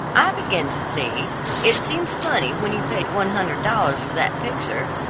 i begin to see it seemed funny when you paid one hundred dollars for that picture,